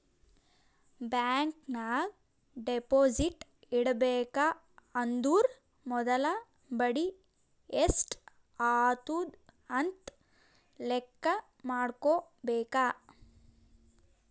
bank ನಾಗ್ deposit ಇಡಬೇಕ ಅಂದುರ್ ಮೊದುಲ ಬಡಿ ಎಸ್ಟ್ ಆತುದ್ ಅಂತ್ ಲೆಕ್ಕಾ ಮಾಡ್ಕೋಬೇಕ